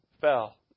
fell